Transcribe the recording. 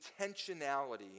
intentionality